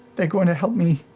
they're going to help me